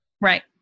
right